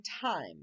time